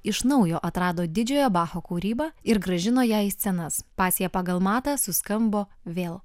iš naujo atrado didžiojo bacho kūrybą ir grąžino ją į scenas pasija pagal matą suskambo vėl